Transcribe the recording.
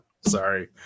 Sorry